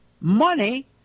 money